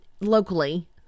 locally